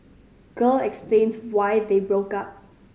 girl explains why they broke up